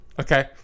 okay